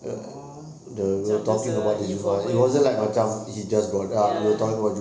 oh so just the informal ya